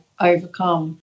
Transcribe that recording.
overcome